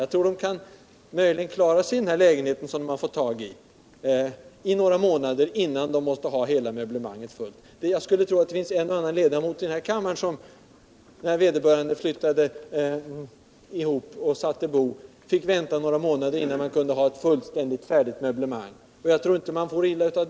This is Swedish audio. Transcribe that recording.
Jag tror att de möjligen kan klara sig i sin lägenhet några månader innan de måste ha hela möblemanget. Det finns nog en och annan ledamot av den här kammaren som när vederbörande satte bo fick vänta några månader innan man hade ett fullständigt färdigt möblemang, och det tror jag inte att man for illa av.